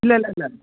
ഇല്ല ഇല്ല ഇല്ല